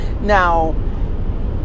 Now